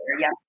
Yes